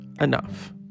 enough